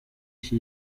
iki